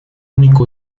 único